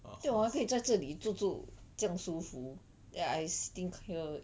对我可以在这里坐住这样舒服 eh I sitting here